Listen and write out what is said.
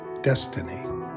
destiny